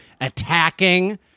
attacking